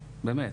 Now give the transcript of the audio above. באמת.